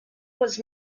was